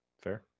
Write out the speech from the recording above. Fair